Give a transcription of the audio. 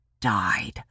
died